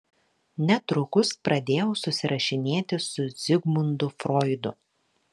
netrukus pradėjau susirašinėti su zigmundu froidu